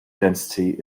density